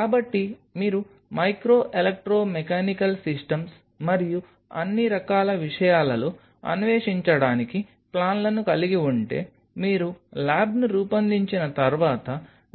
కాబట్టి మీరు micro electromechanical systems మరియు అన్ని రకాల విషయాలలో అన్వేషించడానికి ప్లాన్లను కలిగి ఉంటే మీరు ల్యాబ్ను రూపొందించిన తర్వాత